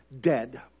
dead